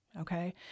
okay